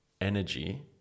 energy